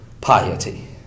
piety